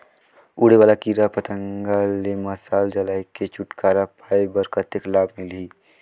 उड़े वाला कीरा पतंगा ले मशाल जलाय के छुटकारा पाय बर कतेक लाभ मिलही?